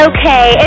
Okay